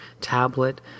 tablet